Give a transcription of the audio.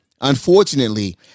Unfortunately